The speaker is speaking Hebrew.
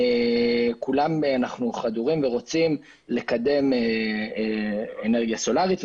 כולנו חדורים ברצון לקדם אנרגיה סולרית,